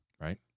Right